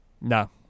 No